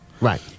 Right